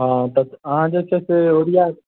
हँ तऽ अहाँ जे छै से ओरिया